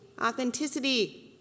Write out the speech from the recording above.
Authenticity